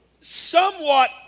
somewhat